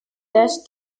less